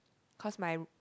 cause my